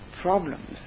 problems